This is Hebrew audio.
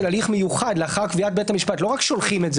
הליך מיוחד לאחר קביעת בית המשפט לא רק שולחים את זה